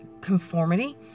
conformity